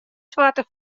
soarte